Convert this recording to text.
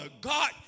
God